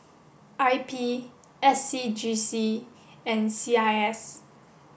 I P S C G C and C I S